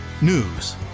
news